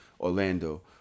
Orlando